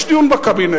יש דיון בקבינט,